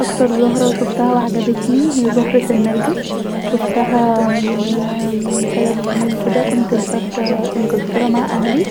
اكتر زهره شوفتها وعحبتتي هي زهره النرجس شوفتها من تلت سنين كدا كنت مسافره انجلترا مع اهلي